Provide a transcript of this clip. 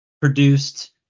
produced